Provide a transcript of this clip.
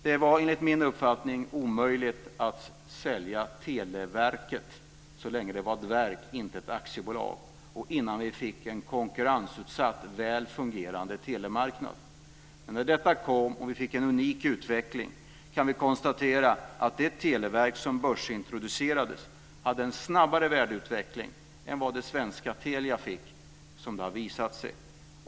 Det var enligt min uppfattning omöjligt att sälja Televerket så länge det var ett verk, inte ett aktiebolag, och innan vi fick en konkurrensutsatt väl fungerande telemarknad. Men efter att detta skedde och vi fick en unik utveckling har det visat sig att det televerk som börsintroducerades hade en snabbare värdeutveckling än vad det svenska Telia fick.